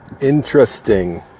Interesting